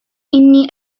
إني